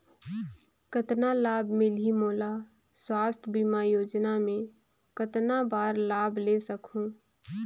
कतना लाभ मिलही मोला? स्वास्थ बीमा योजना मे कतना बार लाभ ले सकहूँ?